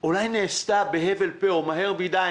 נעשתה אולי נעשתה בהבל פה או מהר מדי.